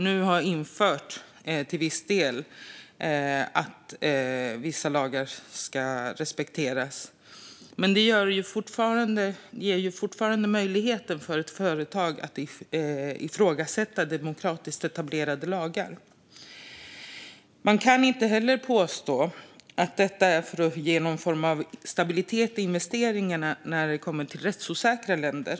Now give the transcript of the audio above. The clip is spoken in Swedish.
Nu har man till viss del infört att vissa lagar ska respekteras. Men det ger fortfarande möjligheten för ett företag att ifrågasätta demokratiskt etablerade lagar. Man kan inte heller längre påstå att detta är för att ge någon form av stabilitet i investeringarna när det kommer till rättsosäkra länder.